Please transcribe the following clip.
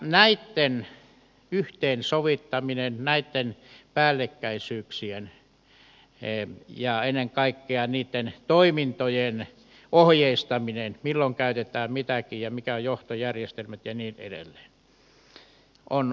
näitten yhteensovittaminen näitten päällekkäisyyksien ja ennen kaikkea toimintojen ohjeistaminen milloin käytetään mitäkin ja mikä on johtojärjestelmä ja niin edelleen